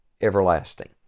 everlasting